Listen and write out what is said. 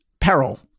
peril